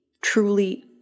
truly